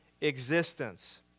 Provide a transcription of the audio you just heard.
existence